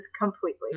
completely